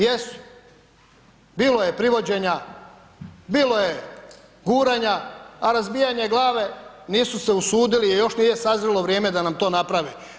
Jesu, bilo je privođenja, bilo je guranja, a razbijanje glave nisu se usudili jer još nije sazrilo vrijeme da nam to naprave.